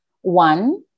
One